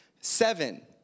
seven